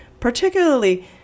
particularly